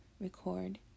record